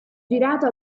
girato